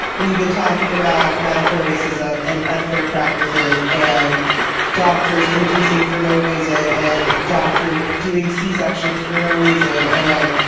we've been talking about medical racism and unfair practices. and doctors inducing for no reason and doctors doing c-sections for no reason. and,